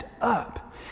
up